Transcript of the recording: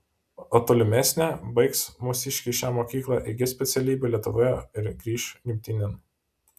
o tolimesnė baigs mūsiškiai šią mokyklą įgis specialybę lietuvoje ir grįš gimtinėn